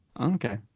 Okay